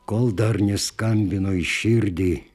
kol dar neskambino į širdį